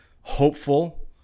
hopeful